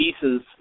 pieces